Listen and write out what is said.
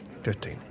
Fifteen